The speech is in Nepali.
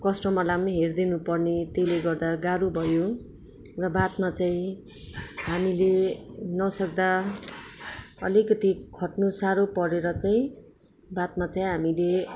कस्टमरलाई पनि हेरिदिनु पर्ने त्यसले गर्दा गाह्रो भयो र बादमा चाहिँ हामीले नसक्दा अलिकति खट्नु साह्रो परेर चाहिँ बादमा चाहिँ हामीले